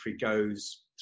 goes